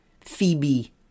Phoebe